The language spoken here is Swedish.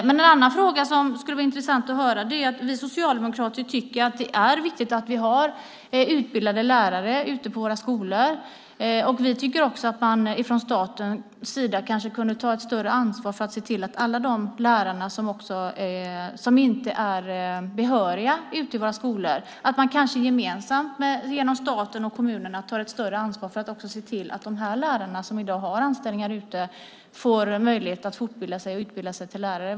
Jag har en annan fråga som det skulle vara intressant att få ett svar på. Vi socialdemokrater tycker att det är viktigt att vi har utbildade lärare ute på skolorna. Vi tycker också att man från statens sida eller gemensamt med kommunerna kunde ta ett större ansvar för att se till att alla de lärare som har anställning i skolan och som inte är behöriga får möjlighet att fortbilda sig och utbilda sig till lärare.